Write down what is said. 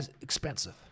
expensive